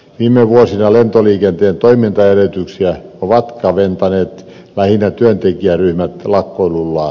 viime vuosina lentoliikenteen toimintaedellytyksiä ovat kaventaneet lähinnä työntekijäryhmät lakkoilullaan